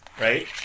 Right